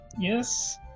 Yes